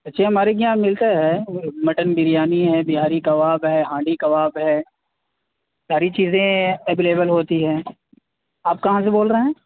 اچھا یہ ہمارے یہ یہاں ملتا ہے مٹن بریانی ہے بہاری کباب ہے ہانڈی کباب ہے ساری چیزیں اویلیبل ہوتی ہیں آپ کہاں سے بول رہے ہیں